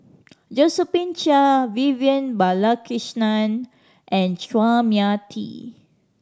Josephine Chia Vivian Balakrishnan and Chua Mia Tee